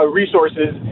resources